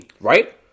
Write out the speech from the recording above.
Right